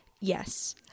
Yes